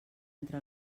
entre